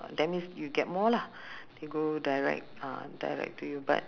that means you get more lah you go direct uh direct to you but